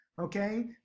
okay